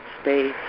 space